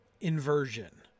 inversion